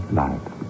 life